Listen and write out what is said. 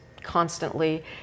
constantly